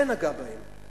זה נגע בהם.